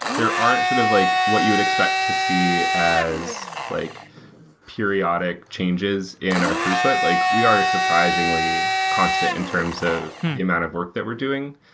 there aren't sort of like what you'd expect to see as like periodic changes in our throughput. like we are surprisingly constant in terms of the amount of work that we're doing,